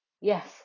Yes